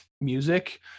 music